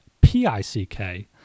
P-I-C-K